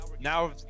Now